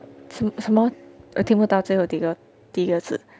什么我听不到最后几个第一个字